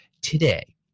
Today